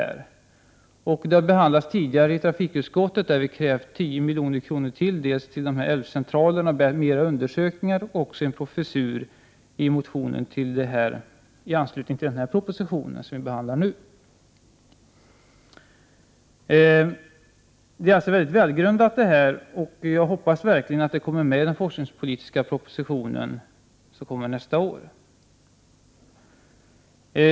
Ärendet har tidigare behandlats i trafikutskottet, där vi krävt ytterligare 10 miljoner, dels till älvcentraler och fler undersökningar, dels till en professur som vi föreslagit i anslutning till den proposition som nu behandlas. Det kravet är alltså mycket välgrundat, och jag hoppas verkligen att det kommer med i den forskningspolitiska proposition som kommer nästa år.